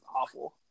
awful